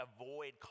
avoid